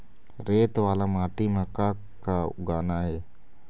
रेत वाला माटी म का का उगाना ये?